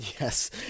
yes